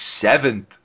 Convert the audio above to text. seventh